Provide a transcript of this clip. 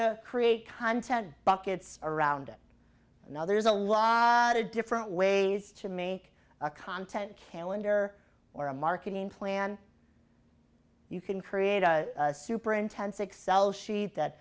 to create content buckets around it now there's a lot of different ways to make a content calendar or a marketing plan you can create a super intense excel sheet that